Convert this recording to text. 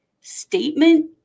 statement